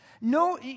no